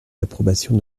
l’approbation